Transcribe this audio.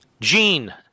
Gene